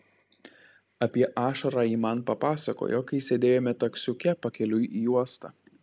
apie ašarą ji man papasakojo kai sėdėjome taksiuke pakeliui į uostą